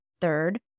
Third